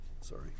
Sorry